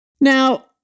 Now